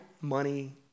money